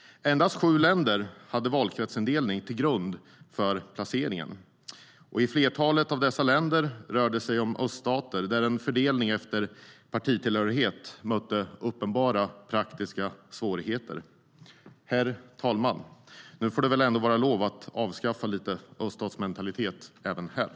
Endast sju länder lade valkretsindelningen till grund för placeringen. I flertalet av dessa fall rörde det sig om öststater, där en fördelning efter partitillhörighet mötte uppenbara praktiska svårigheter. "